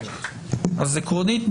עקרונית,